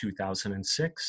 2006